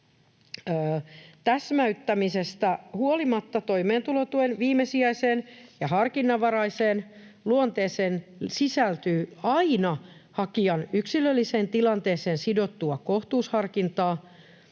täsmäyttämisestä huolimatta toimeentulotuen viimesijaiseen ja harkinnanvaraiseen luonteeseen sisältyy aina hakijan yksilölliseen tilanteeseen sidottua kohtuusharkintaa,